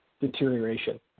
deterioration